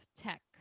tech